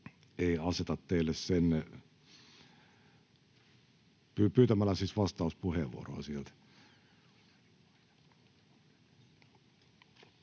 ei aseta teille… Siis pyytämällä vastauspuheenvuoroa sieltä.